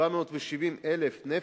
כ-770,000 נפש,